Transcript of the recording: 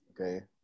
okay